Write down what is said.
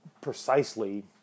precisely